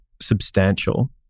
substantial